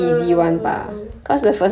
!wah! so so sian